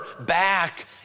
back